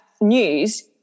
news